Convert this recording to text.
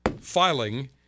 filing